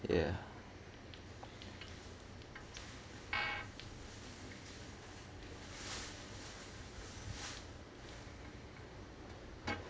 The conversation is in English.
ya